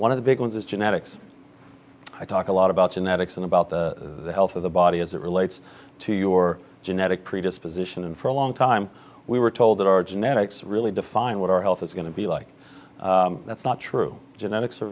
one of the big ones is genetics i talk a lot about genetics and about the health of the body as it relates to your genetic predisposition and for a long time we were told that our genetics really define what our health is going to be like that's not true genetics are